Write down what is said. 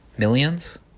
Millions